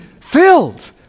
filled